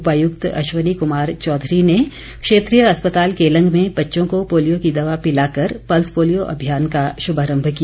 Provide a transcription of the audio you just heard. उपायुक्त अश्वनी कमार चौधरी ने क्षेत्रीय अस्पताल केलंग में बच्चों को पोलियो की दवा पिलाकर पल्स पोलियो अभियान का शुभारम्भ किया